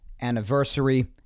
anniversary